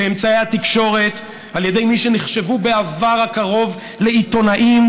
באמצעי התקשורת על ידי מי שנחשבו בעבר הקרוב לעיתונאים,